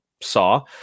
Saw